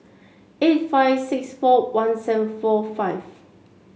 eight five six four one seven four five